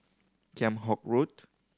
Kheam Hock Road